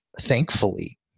thankfully